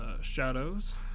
shadows